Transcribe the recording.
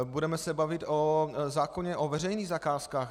Budeme se bavit o zákoně o veřejných zakázkách.